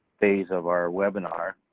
phase of our webinar.